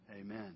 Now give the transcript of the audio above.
Amen